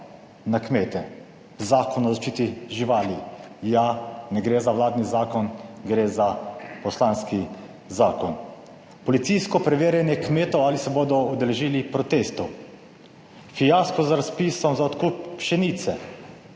na kmete. Zakon o zaščiti živali. Ja, ne gre za vladni zakon, gre za poslanski zakon. Policijsko preverjanje kmetov, ali se bodo udeležili protestov. Fiasko z razpisom za odkup pšenice.